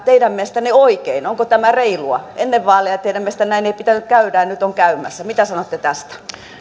teidän mielestänne oikein onko tämä reilua ennen vaaleja teidän mielestänne näin ei pitänyt käydä ja nyt on käymässä mitä sanotte tästä